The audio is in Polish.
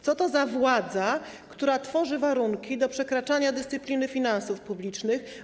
Co to za władza, która tworzy warunki do przekraczania dyscypliny finansów publicznych?